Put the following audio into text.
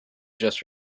just